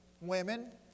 women